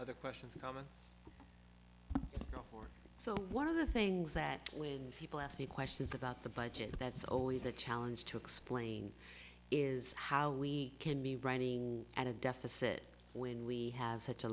of the questions comments or so one of the things that when people ask me questions about the budget that's always a challenge to explain is how we can be running at a deficit when we have such a